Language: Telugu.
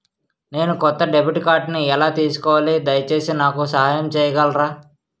నేను కొత్త డెబిట్ కార్డ్ని ఎలా తీసుకోవాలి, దయచేసి నాకు సహాయం చేయగలరా?